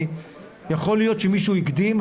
יכול להיות שמישהו הקדים,